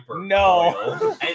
no